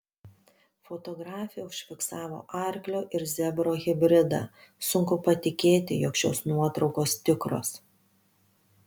fotografė užfiksavo arklio ir zebro hibridą sunku patikėti jog šios nuotraukos tikros